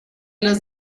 los